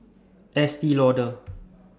Estee Lauder